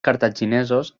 cartaginesos